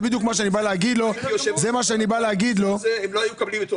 הם לא היו מקבלים.